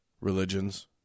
religions